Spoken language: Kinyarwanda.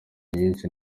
nyinshi